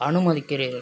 அனுமதிக்கிறீர்கள்